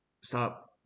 stop